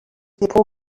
depot